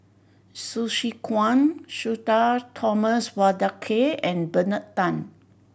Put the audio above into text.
Hsu Tse Kwang Sudhir Thomas Vadaketh and Bernard Tan